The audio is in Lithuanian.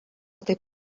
taip